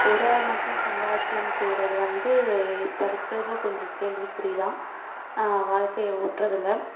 ஒரு ஆள் மட்டும் சம்பாத்தியம் செய்கிறது வந்து இப்போருக்குறதுல கொஞ்சோம் கேள்விக்குறி தான் வாழ்க்கையை ஓட்டுறதுல